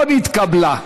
לא נתקבלה.